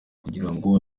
kugirango